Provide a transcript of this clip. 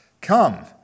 Come